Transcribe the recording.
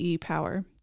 power